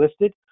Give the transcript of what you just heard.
listed